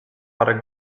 parę